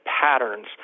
patterns